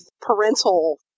parental